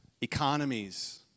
economies